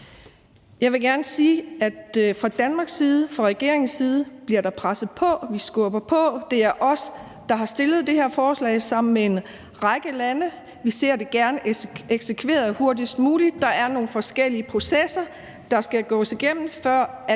Jeg vil gerne sige, at fra Danmarks side, fra regeringens side, bliver der presset på. Vi skubber på. Det er os, der har stillet det her forslag sammen med en række lande. Vi ser det gerne eksekveret hurtigst muligt. Der er nogle forskellige processer, man skal gå igennem, før